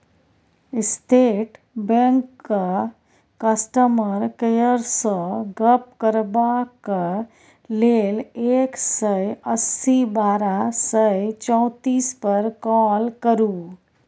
state बैंकक customer केयरसँ गप्प करबाक लेल एक सय अस्सी बारह सय चौतीस पर काँल करु